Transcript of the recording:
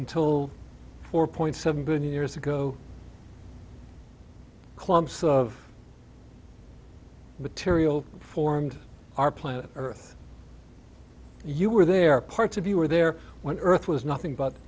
until four point seven billion years ago clumps of material formed our planet earth you were there parts of you were there when earth was nothing but